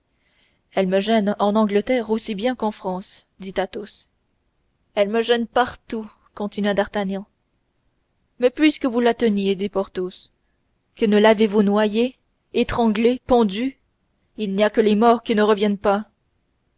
elle me gêne en angleterre aussi bien qu'en france dit athos elle me gêne partout continua d'artagnan mais puisque vous la teniez dit porthos que ne l'avez-vous noyée étranglée pendue il n'y a que les morts qui ne reviennent pas